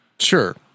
Sure